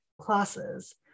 classes